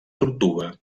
tortuga